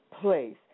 place